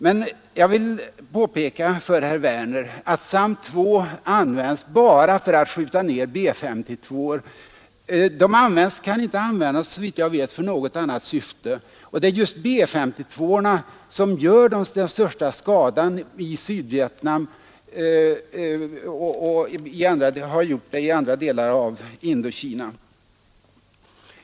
Men jag vill påpeka för herr Werner att SAM-2 bara används för att skjuta ned B 52:or — de kan såvitt jag vet inte användas i något annat syfte — och det är just B 52:orna som åstadkommit den största skadan i Sydvietnam och i andra delar av Indokina.